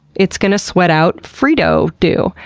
it's gonna sweat out frito dew.